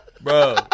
bro